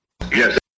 Yes